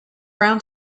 round